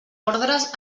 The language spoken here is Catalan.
ordres